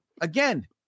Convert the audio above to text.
Again